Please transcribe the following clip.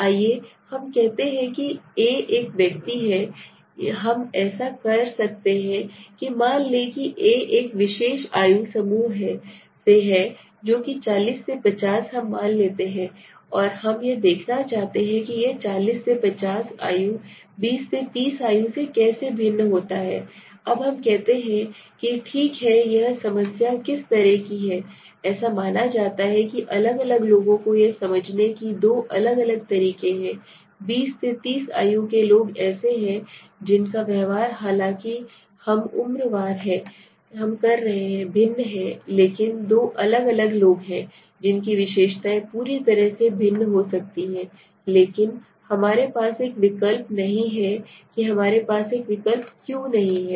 आइए हम कहते हैं कि A एक व्यक्ति है कि हम ऐसा कर सकते हैं कि मान लें कि A एक विशेष आयु समूह से है जो कि 40 से 50 हम मान लेते हैं और हम यह देखना चाहते हैं कि यह 40 से 50 आयु 20 से 30 आयु से कैसे भिन्न होता है अब हम कहते हैं कि ठीक है कि यह समस्या किस तरह की है कि ऐसा माना जाता है कि अलग अलग लोगों को यह समझने की दो अलग अलग तरीके हैं बीस से तीस आयु लोग ऐसे हैं जिनका व्यवहार हालांकि हम उम्र वार कह रहे हैं भिन्न हैं लेकिन दो अलग अलग लोग हैं जिनकी विशेषताएं पूरी तरह से भिन्न हो सकती हैं लेकिन हमारे पास एक विकल्प नहीं है कि हमारे पास एक विकल्प क्यों नहीं है